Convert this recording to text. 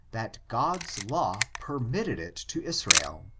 that god's law permitted it to israel.